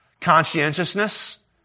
conscientiousness